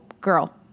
girl